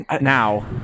now